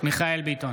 מיכאל מרדכי ביטון,